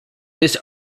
this